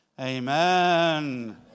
Amen